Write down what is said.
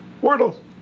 Wardle